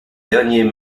derniers